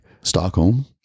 Stockholm